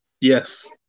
Yes